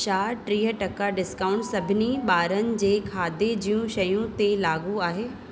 छा टीह टका डिस्काऊंट सभिनी बा॒रनि जे खाधे जूं शयूं ते लाॻू आहे